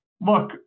look